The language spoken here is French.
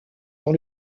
dans